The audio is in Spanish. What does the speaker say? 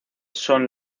son